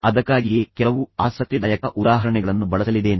ಅದಕ್ಕಾಗಿಯೇ ನಾನು ಕೆಲವು ಆಸಕ್ತಿದಾಯಕ ಉದಾಹರಣೆಗಳನ್ನು ಬಳಸಲಿದ್ದೇನೆ